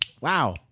Wow